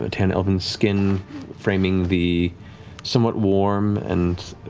ah tan elven skin framing the somewhat warm and